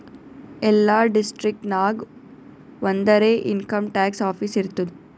ಎಲ್ಲಾ ಡಿಸ್ಟ್ರಿಕ್ಟ್ ನಾಗ್ ಒಂದರೆ ಇನ್ಕಮ್ ಟ್ಯಾಕ್ಸ್ ಆಫೀಸ್ ಇರ್ತುದ್